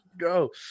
go